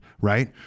Right